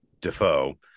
Defoe